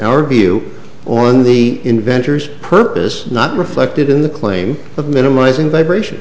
our view on the inventors purpose not reflected in the claim of minimizing vibration